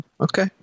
Okay